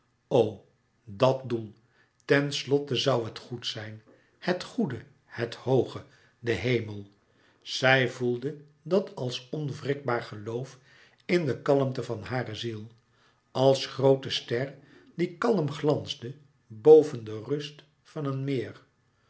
dat doel ten slotte zoû het goed zijn het goede het hooge de hemel zij voelde dàt als onwrikbaar geloof in d e kalmte van hare ziel als groote ster die kalm glansde boven de rust van een meer